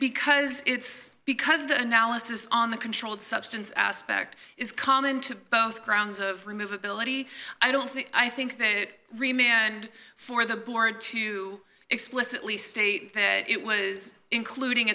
because it's because the analysis on the controlled substance aspect is common to both grounds of remove ability i don't think i think they remain and for the board to explicitly state that it was including